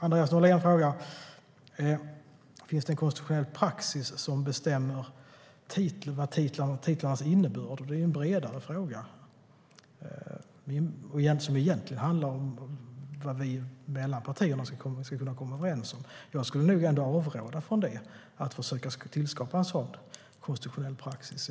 Andreas Norlén frågar om det finns en konstitutionell praxis som bestämmer titlarnas innebörd. Det är en bredare fråga som egentligen handlar om vad vi mellan partierna kommer överens om. Jag skulle ändå avråda från att försöka skapa en sådan konstitutionell praxis.